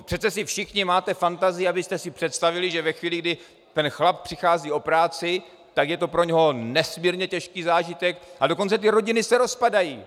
Přece všichni máte fantazii, abyste si představili, že ve chvíli, kdy ten chlap přichází o práci, tak je to pro něho nesmírně těžký zážitek, a dokonce ty rodiny se rozpadají.